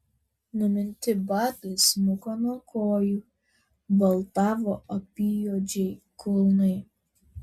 numinti batai smuko nuo kojų baltavo apyjuodžiai kulnai